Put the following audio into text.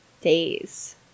days